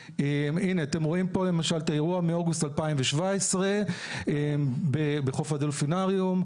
אתם רואים פה למשל את האירוע מאוגוסט 2017 בחוף הדולפינריום.